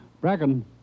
Bracken